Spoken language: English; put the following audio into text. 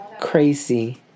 Crazy